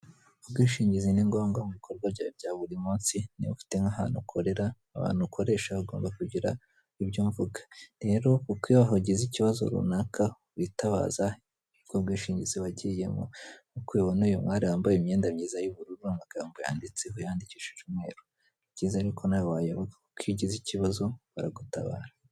Ubwishingizi ni ngombwa mu bikorwa byawe bya buri munsi, niba ufite nk'ahantu ukorera abantu ukoresha, ungomba kugira ibyo mvuga. Rero kuko iyo ugize ikibazo runaka witabaza ubwo bwishingizi wagiyemo, nk'uko ubibona uyu mwari wambaye imyenda myiza y'ubururu n'amagambo yanditseho yandikishije umweru. Ni byiza rero ko nawe wabuyoboka kuko iyo ugize ikibazo baragutabara.